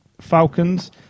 Falcons